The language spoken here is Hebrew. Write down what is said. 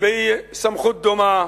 בסמכות דומה,